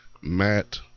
Matt